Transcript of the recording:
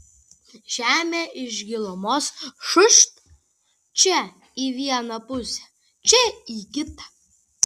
žemė iš gilumos šūst čia į vieną pusę čia į kitą